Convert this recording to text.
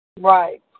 Right